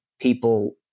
people